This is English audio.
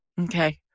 Okay